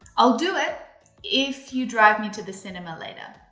i'll do it if you drive me to the cinema later.